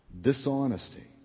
Dishonesty